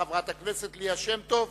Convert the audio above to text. חברת הכנסת ליה שמטוב,